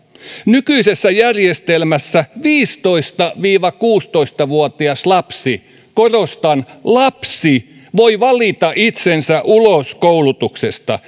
nykyisessä järjestelmässä viisitoista viiva kuusitoista vuotias lapsi korostan lapsi voi valita itsensä ulos koulutuksesta